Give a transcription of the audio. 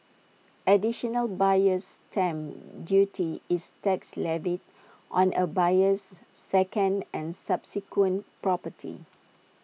additional buyer's stamp duty is tax levied on A buyer's second and subsequent property